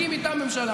מקים איתם ממשלה,